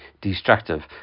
destructive